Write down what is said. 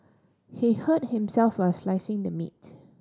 he hurt himself while slicing the meat